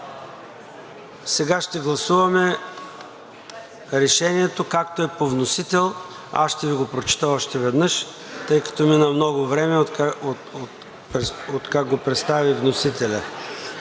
Сега ще гласуваме Решението, както е по вносител. Ще Ви го прочета още веднъж, тъй като мина много време, откакто го представи вносителят: